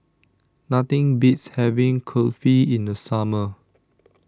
Nothing Beats having Kulfi in The Summer